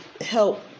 help